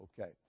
Okay